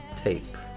tape